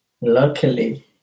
luckily